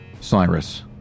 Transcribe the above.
Cyrus